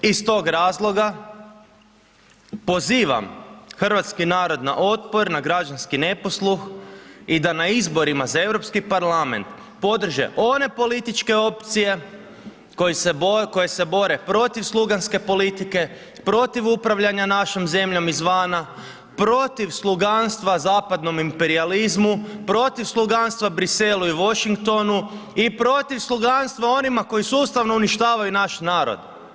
Iz tog razloga pozivam hrvatski narod na otpor, na građanski neposluh i da na izborima za EU parlament podrže one političke opcije koje se bore protiv sluganske politike, protiv upravljanja našom zemljom izvana, protiv sluganstva zapadnom imperijalizmu, protiv sluganstva Briselu i Washingtonu i protiv sluganstva onima koji sustavno uništavaju naš narod.